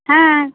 হ্যাঁ